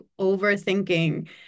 overthinking